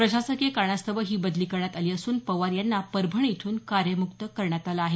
प्रशासकीय कारणास्तव ही बदली करण्यात आली असून पवार यांना परभणी इथून कार्यमुक्त करण्यात आलं आहे